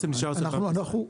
אנחנו,